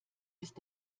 ist